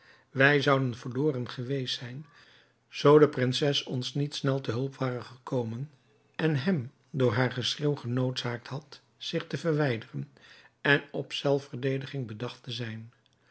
wij zouden verloren geweest zijn zoo de prinses ons niet snel te hulp ware gekomen en hem door haar geschreeuw genoodzaakt had zich te verwijderen en op zelfverdediging bedacht te zijn